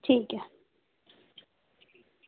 ठीक ऐ